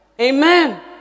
Amen